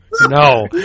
No